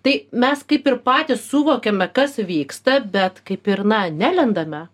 tai mes kaip ir patys suvokiame kas vyksta bet kaip ir na nelendame